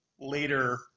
later